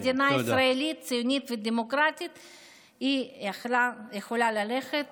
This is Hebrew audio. מדינה ישראלית, ציונית ודמוקרטית, היא יכולה ללכת